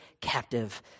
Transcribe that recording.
captive